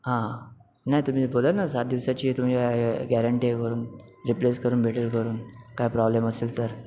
हां नाही तुम्ही बोला ना सात दिवसाची तुम्ही गॅरंटी करून रिप्लेस करून भेटेल करून काही प्रॉब्लेम असेल तर